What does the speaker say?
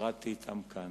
שירתתי אתם כאן,